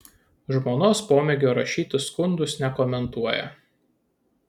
žmonos pomėgio rašyti skundus nekomentuoja